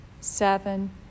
seven